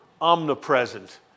omnipresent